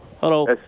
Hello